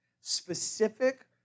specific